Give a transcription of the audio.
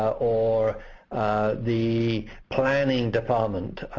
or the planning department,